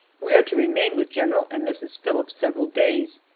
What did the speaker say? we are to remain with general and mrs. phillips several days,